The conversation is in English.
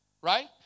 right